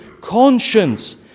conscience